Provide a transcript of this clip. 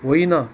होइन